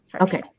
Okay